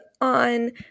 on